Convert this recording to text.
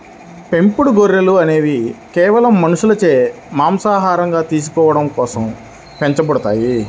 పెంపుడు గొర్రెలు అనేవి కేవలం మనుషులచే మాంసాహారంగా తీసుకోవడం పెంచబడతాయి